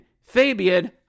Fabian